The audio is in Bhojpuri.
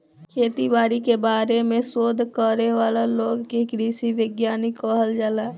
खेती बारी के बारे में शोध करे वाला लोग के कृषि वैज्ञानिक कहल जाला